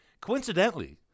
Coincidentally